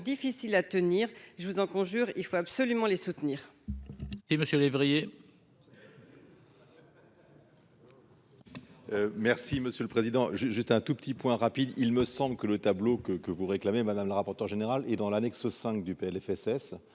difficile à tenir, je vous en conjure, il faut absolument les soutenir.